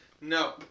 No